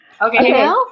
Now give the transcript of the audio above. Okay